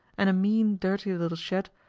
and a mean, dirty little shed,